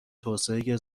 توسعه